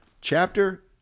chapter